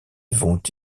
vont